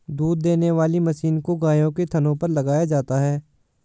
दूध देने वाली मशीन को गायों के थनों पर लगाया जाता है